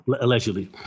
Allegedly